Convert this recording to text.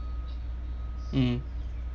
mm